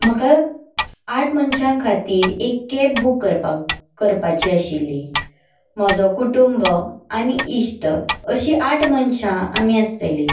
म्हाका आठ मनशां खातीर एक कॅब बूक करपाक करपाची आशिल्ली म्हजो कुटुंब आनी इश्ट अशीं आठ मनशां आमी आसतलीं